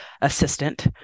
assistant